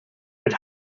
but